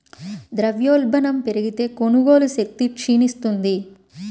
ద్రవ్యోల్బణం పెరిగితే, కొనుగోలు శక్తి క్షీణిస్తుంది